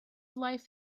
life